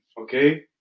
okay